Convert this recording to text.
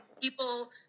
People